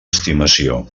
estimació